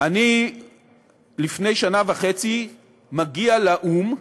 אני לפני שנה וחצי מגיע לאו"ם,